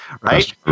right